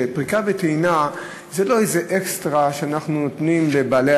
שפריקה וטעינה זה לא איזה אקסטרה שאנחנו נותנים לבעלי